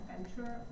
adventure